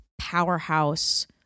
powerhouse